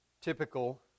typical